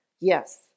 Yes